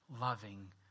loving